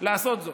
לעשות זאת.